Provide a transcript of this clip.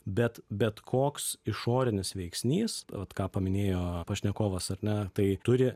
bet bet koks išorinis veiksnys ką paminėjo pašnekovas ar ne tai turi